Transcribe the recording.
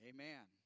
Amen